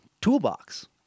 toolbox